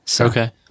Okay